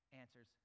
answers